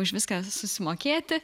už viską susimokėti